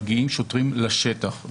מגיעים שוטרים לשטח.